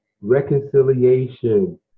reconciliation